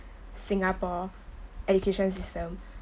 singapore education system